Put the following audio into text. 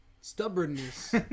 Stubbornness